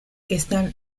están